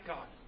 God